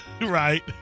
Right